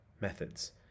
Methods